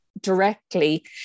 directly